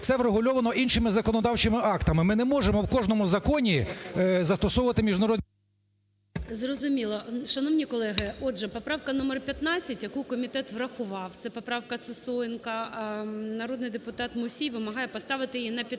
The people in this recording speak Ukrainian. Це врегульовано іншими законодавчими актами. Ми не можемо в кожному законі застосовувати… ГОЛОВУЮЧИЙ. Зрозуміло. Шановні колеги, отже, поправка номер 15, яку комітет врахував, - це поправка Сисоєнко. Народний депутат Мусій вимагає поставити її на підтвердження,